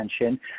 attention